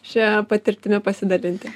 šia patirtimi pasidalinti